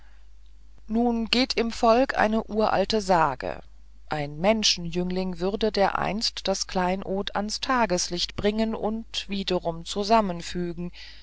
nun geht im volk eine uralte sage ein menschenjüngling würde dereinst das kleinod ans tageslicht bringen und wiederum zusammenfügen